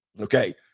okay